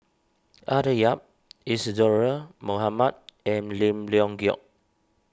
Arthur Yap Isadhora Mohamed and Lim Leong Geok